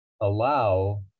allow